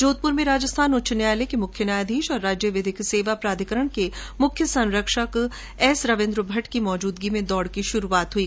जोधपुर में राजस्थान उच्च न्यायालय के मुख्य न्यायाधीश और राज्य विधिक सेवा प्राधिकरण के मुख्य संरक्षक एस रविन्द्र भट्ट की मौजूदगी में दौड़ की शुरूआत हुई